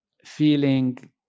feeling